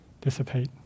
dissipate